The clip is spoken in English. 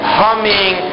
humming